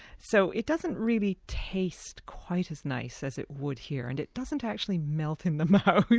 so it doesn't really taste quite as nice as it would here, and it doesn't actually melt in the mouth.